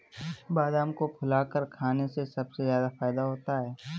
बादाम को फुलाकर खाने से सबसे ज्यादा फ़ायदा होता है